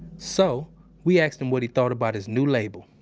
so we asked him what he thought about his new label